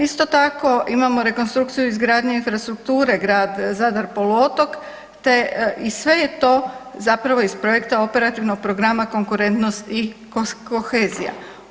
Isto tako imamo rekonstrukciju izgradnje infrastrukture grad Zadar „Poluotok“ i sve je to zapravo iz projekta operativnog programa konkurentnost i kohezija.